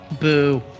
Boo